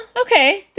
Okay